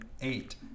eight